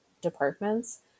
departments